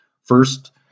First